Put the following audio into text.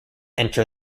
enter